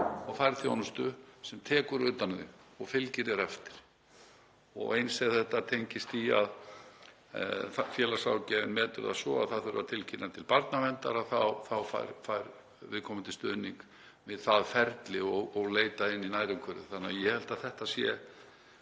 og færð þjónustu, sem tekur utan um þig og fylgir þér eftir. Og eins tengist þetta því að ef félagsráðgjafinn metur það svo að það þurfi að tilkynna til barnaverndar þá fær viðkomandi stuðning við það ferli að leita inn í nærumhverfið. Þannig að ég held að þetta sé,